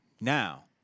Now